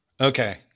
Okay